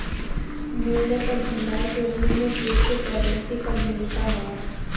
मूल्य क भंडार के रूप में क्रिप्टोकरेंसी क भूमिका हौ